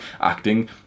acting